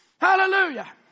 Hallelujah